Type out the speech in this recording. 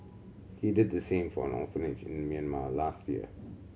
he did the same for an orphanage in Myanmar last year